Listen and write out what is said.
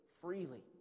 freely